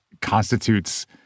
constitutes